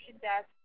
desk